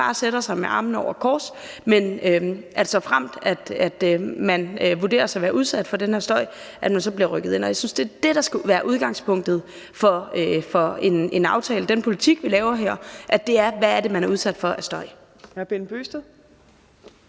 bare sætter sig med armene over kors, men såfremt nogen vurderes at være udsat for den her støj, bliver de rykket ind. Jeg synes, at det er dét, der skal være udgangspunktet for en aftale og den politik, vi laver her, altså at det handler om, hvad man er udsat for af støj.